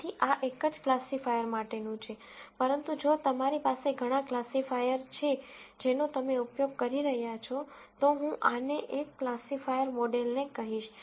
તેથી આ એક જ ક્લાસિફાયર માટેનું છે પરંતુ જો તમારી પાસે ઘણા ક્લાસિફાયર છે જેનો તમે ઉપયોગ કરી રહ્યાં છો તો હું આને એક ક્લાસિફાયર મોડેલને કહીશ